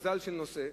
מזל של נושא,